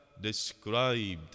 described